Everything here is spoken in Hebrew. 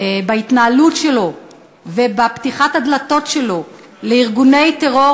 בהתנהלות שלו ובפתיחת הדלתות שלו לארגוני טרור,